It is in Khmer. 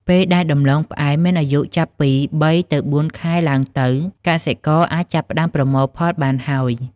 ពេលដែលដំឡូងផ្អែមមានអាយុចាប់ពី ៣ ទៅ ៤ ខែឡើងទៅ កសិករអាចចាប់ផ្ដើមប្រមូលផលបានហើយ។